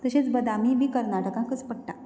तशेंच बदामीय बी कर्नाटकाकच पडटा